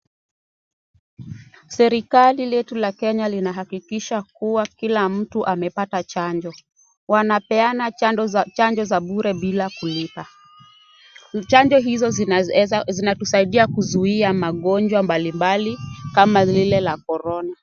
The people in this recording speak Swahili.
Serikali letu la Kenya linahakikisha kuwa kila mtu amepata chanjo, wanapeana chanjo za bure bila kulipa, chanjo hizo zinatusaidia kuzuia magonjwa mbalimbali kama zile la korona.